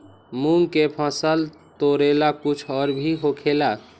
मूंग के फसल तोरेला कुछ और भी होखेला?